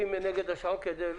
שמראה כמה החברות הספיקו להחזיר.